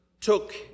took